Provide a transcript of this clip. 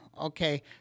Okay